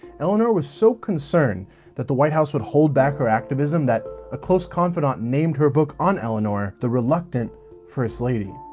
eleanor was so concerned that the white house would hold back her activism that a close confidant named her book on eleanor the reluctant first lady.